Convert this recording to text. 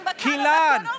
kilan